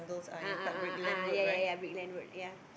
a'ah a'ah a'ah ya ya ya big land word ya